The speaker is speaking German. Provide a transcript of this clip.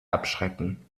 abschrecken